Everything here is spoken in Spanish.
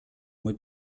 muy